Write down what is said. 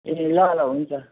ए ल ल हुन्छ